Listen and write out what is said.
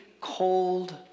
cold